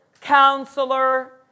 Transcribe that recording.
Counselor